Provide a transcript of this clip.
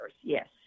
yes